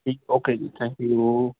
ਠੀਕ ਓਕੇ ਜੀ thank you